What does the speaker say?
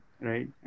Right